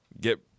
get